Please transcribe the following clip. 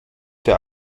der